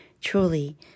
Truly